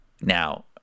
Now